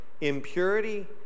impurity